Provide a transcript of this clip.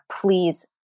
please